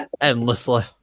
endlessly